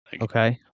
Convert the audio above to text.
Okay